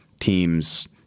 teams